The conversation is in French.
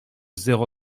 zéro